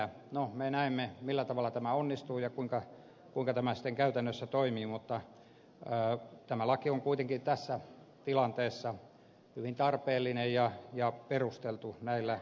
no me näemme millä tavalla tämä onnistuu ja kuinka tämä sitten käytännössä toimii mutta tämä laki on kuitenkin tässä tilanteessa hyvin tarpeellinen ja perusteltu näillä reunaehdoilla